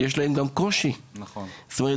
אז כמו שציינת,